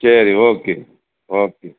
சரி okay okay